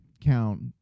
count